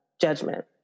judgment